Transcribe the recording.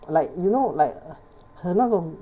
like you know like 很那种